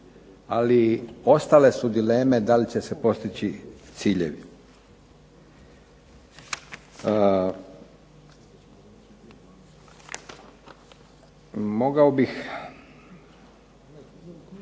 ali ostale su dileme da li će se postići ciljevi.